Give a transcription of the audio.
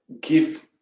give